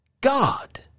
God